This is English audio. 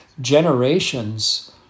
generations